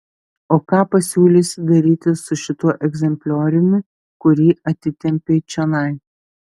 o ką pasiūlysi daryti su šituo egzemplioriumi kurį atitempei čionai